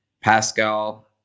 pascal